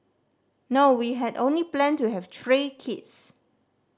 no we had only planned to have three kids